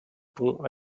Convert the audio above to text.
pont